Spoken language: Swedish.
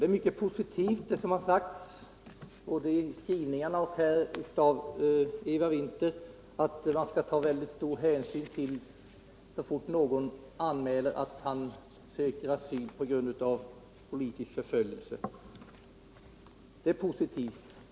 Det är mycket positivt vad som sägs i skrivningen och av Eva Winther att man skall ta stor hänsyn så fort någon anmäler att han söker asyl på grund av politisk förföljelse.